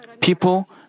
people